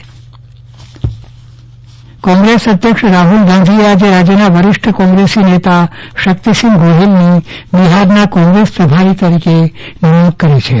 ચંદ્રવદન પટ્ટણી બિહાર પ્રભારી કોંગ્રેસ અધ્યક્ષ રાહુલ ગાંધીએ આજે રાજ્યના વરિષ્ઠ કોંગ્રેસ નેતા શક્તિસિંહગોહિલની બિહારના કોંગ્રેસ પ્રભારી તરીકે નિમણૂંક કરી છે